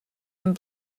and